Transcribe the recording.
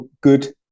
good